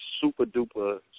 super-duper